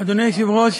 היושב-ראש,